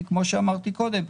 כי כמו שאמרתי קודם,